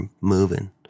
moving